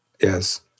yes